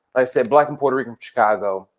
i say black and puerto rican from chicago.